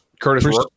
Curtis